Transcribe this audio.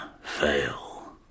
fail